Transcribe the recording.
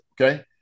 Okay